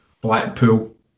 Blackpool